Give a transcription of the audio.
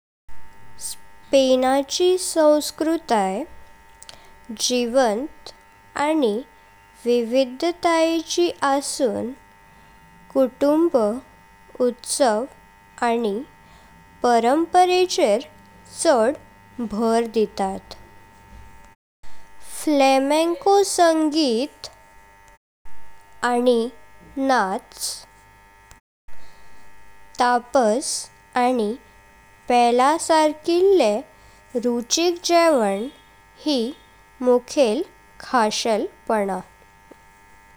स्पेनाची संस्कृताय जीवंत आनी विविध्तायेंची आसून कुटुंब उत्सव आनी परंपरेचर छड भार दितात। फ्लामेंको संगीत आनी नाच टापास आनी पएल्ला सर्किल्ले रुचिक जेवण हे मुख्येल खासहेलपण।